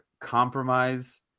compromise